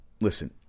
listen